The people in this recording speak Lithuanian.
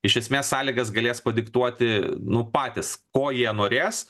iš esmės sąlygas galės padiktuoti nu patys ko jie norės